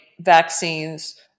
vaccines